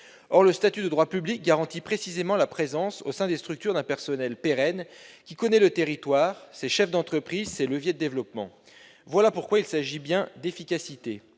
Or le statut de droit public garantit précisément la présence au sein des structures d'un personnel pérenne, qui connaît le territoire, ses chefs d'entreprise, ses leviers de développement. Voilà pourquoi il s'agit bien d'efficacité.